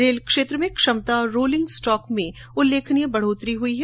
rail क्षेत्र में क्षमता और रोलिंग स्टॉक में उल्लेखनीय वृद्धि हुई है